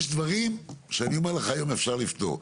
יש דברים שאני אומר לך שהיום אפשר לפתור.